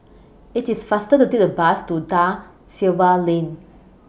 IT IS faster to Take The Bus to DA Silva Lane